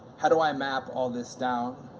how do i map all this down?